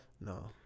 No